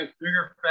bigger